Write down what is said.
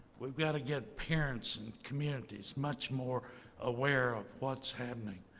we've got to get parents and communities much more aware of what's happening.